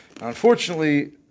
Unfortunately